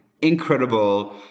incredible